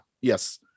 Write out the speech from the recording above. Yes